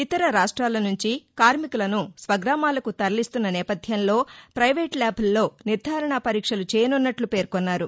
ఇతర రాష్ట్రాల నుంచి కార్మికులను స్వగామాలకు తరలిస్తున్న నేపథ్యంలో పైవేటు ల్యాబ్ల్లో నిర్ధరణ పరీక్షలు చేయసున్నట్లు పేర్కొన్నారు